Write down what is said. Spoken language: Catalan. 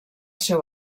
seu